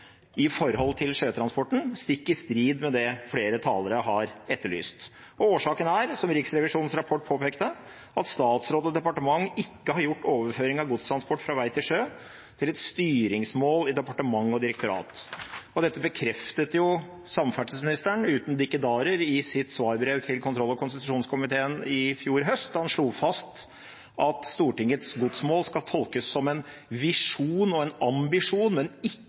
i forhold til sjøtransporten, stikk i strid med det flere talere har etterlyst. Årsaken er, som Riksrevisjonens rapport påpekte, at statsråd og departement ikke har gjort overføring av godstransport fra vei til sjø til et styringsmål i departement og direktorat. Dette bekreftet samferdselsministeren uten dikkedarer i sitt svarbrev til kontroll- og konstitusjonskomiteen i fjor høst, da han slo fast at Stortingets godsmål skal tolkes som en visjon og en ambisjon, men ikke som et selvstendig mål. Rett før påske, i